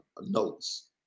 notes